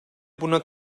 buna